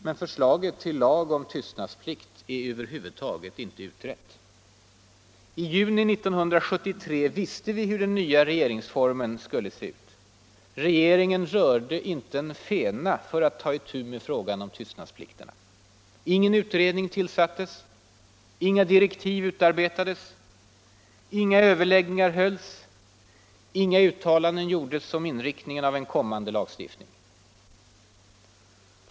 Men förslaget till lag om tystnadsplikt är över huvud taget inte utrett. I juni 1973 visste vi hur den nya regeringsformen skulle se ut. Regeringen rörde inte en fena för att ta itu med frågan om tystnadsplikterna. Ingen utredning tillsattes. Inga direktiv utarbetades. Inga överläggningar hölls. Inga uttalanden gjordes om inriktningen av en kommande lagstiftning.